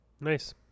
Nice